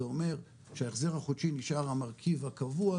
זה אומר שההחזר החודשי נשאר המרכיב הקבוע,